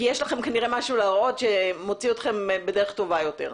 כי יש לכם כנראה משהו להראות שמוציא אתכם בדרך טובה יותר,